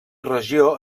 regió